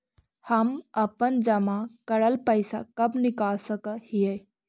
हम अपन जमा करल पैसा कब निकाल सक हिय?